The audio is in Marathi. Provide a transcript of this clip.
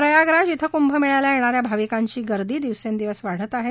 प्रयागराज इथं कुंभमेळ्याला येणा या भाविकांची गर्दी दिवसागणिक वाढत आहे